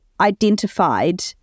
identified